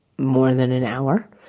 more than an hour.